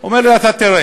הוא אומר לי: אתה תראה.